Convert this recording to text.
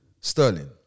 Sterling